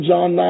John